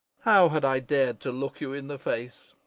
how had i dared to look you in the face?